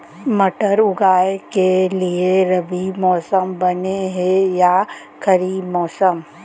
मटर उगाए के लिए रबि मौसम बने हे या खरीफ मौसम?